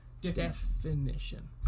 Definition